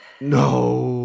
No